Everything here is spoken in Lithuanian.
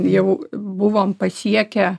jau buvom pasiekę